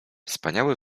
wspaniały